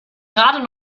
gerade